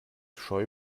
scheu